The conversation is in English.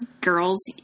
girls